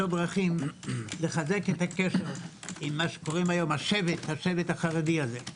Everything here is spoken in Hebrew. דרכים לחזק את הקשר עם מה שקוראים היום השבט החרדי הזה.